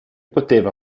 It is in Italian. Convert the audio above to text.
poteva